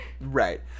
right